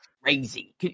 crazy